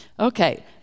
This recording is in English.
Okay